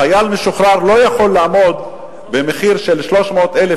חייל משוחרר לא יכול לעמוד במחיר של 300,000